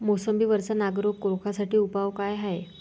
मोसंबी वरचा नाग रोग रोखा साठी उपाव का हाये?